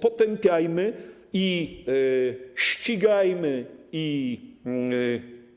Potępiajmy, ścigajmy i